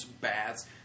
baths